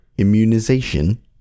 Immunization